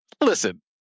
Listen